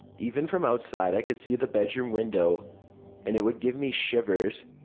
even from outside i could see the bedroom window and it would give me shivers.